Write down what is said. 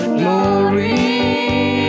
glory